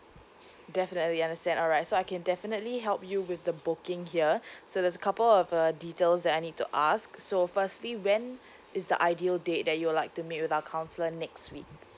definitely understand alright so I can definitely help you with the booking here so there's a couple of uh details that I need to ask so firstly when is the ideal date that you would like to meet with our counsellor next week